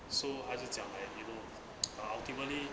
so 他就讲 like you know ultimately